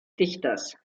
dichters